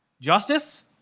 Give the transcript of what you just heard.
justice